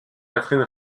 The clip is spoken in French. catherine